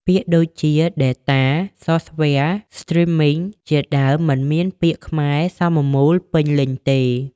ពាក្យដូចជា "data", "software", "streaming" ជាដើមមិនមានពាក្យខ្មែរសមមូលពេញលេញទេ។